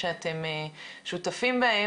וכל הנושא של שפות הא קריטי.